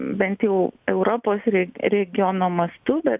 bent jau europos regiono mastu bet